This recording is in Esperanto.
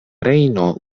rejno